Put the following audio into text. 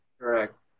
correct